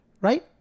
Right